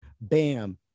Bam